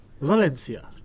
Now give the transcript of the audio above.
Valencia